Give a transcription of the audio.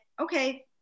okay